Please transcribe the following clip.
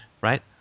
right